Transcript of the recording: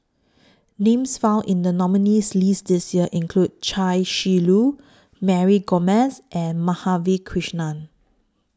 Names found in The nominees' list This Year include Chia Shi Lu Mary Gomes and Madhavi Krishnan